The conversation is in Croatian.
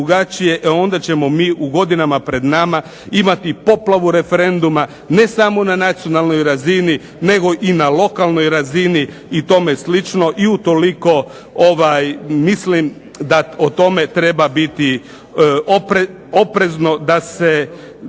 onda ćemo mi u godinama pred nama imati poplavu referenduma ne samo na nacionalnoj razini nego i na lokalnoj razini i tome slično. I utoliko ovaj mislim da o tome treba biti oprezno da se